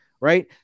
Right